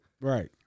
Right